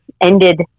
ended